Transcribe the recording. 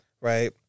Right